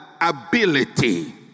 ability